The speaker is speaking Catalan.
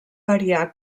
variar